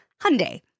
Hyundai